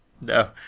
no